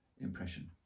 impression